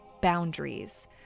boundaries